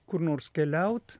kur nors keliaut